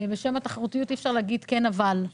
בשם התחרותיות אי אפשר להגיד "כן אבל...".